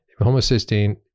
Homocysteine